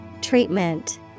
Treatment